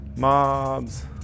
Mobs